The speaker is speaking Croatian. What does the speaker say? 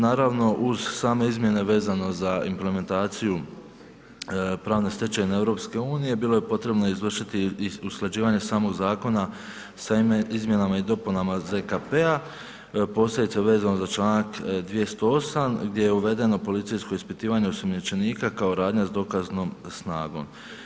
Naravno uz same izmjene vezano uz implementaciju pravne stečevine EU bilo je potrebno izvršiti i usklađivanje samog zakona sa Izmjenama i dopunama ZKP-a, posljedica vezano za članak 208. gdje je uvedeno policijsko ispitivanje osumnjičenika kao radnja sa dokaznom snagom.